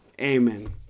amen